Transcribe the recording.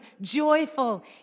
joyful